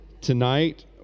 Tonight